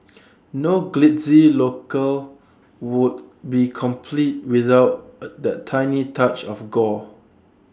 no glitzy locale would be complete without A the tiny touch of gore